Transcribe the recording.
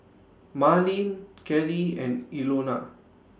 Marleen Kellie and Ilona